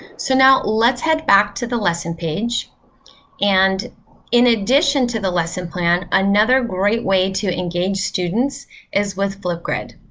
so now let's head back to the lesson page and in addition to the lesson plan, another great way to engage students is with flipgrid.